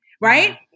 right